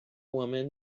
woman